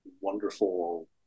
wonderful